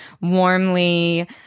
warmly